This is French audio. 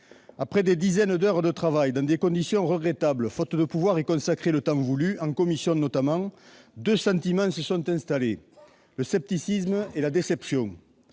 Après des dizaines d'heures de travail dans des conditions regrettables faute de pouvoir y consacrer le temps voulu, notamment en commission, deux sentiments se sont installés : le scepticisme et la déception.